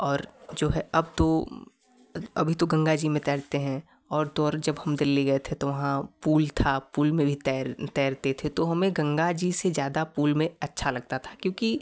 और जो है अब तो अभी तो गंगा जी में तैरते हैं और तो और जब हम दिल्ली गए थे तो वहाँ पुल था पुल में भी तैरते थे तो हमें गंगा जी से ज़्यादा पुल में अच्छा लगता था क्योंकि